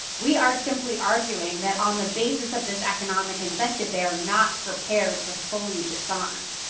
we are simply arguing that on the basis of this economic incentive, they are not prepared to fully disarm.